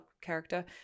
character